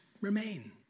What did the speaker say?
remain